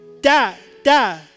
da-da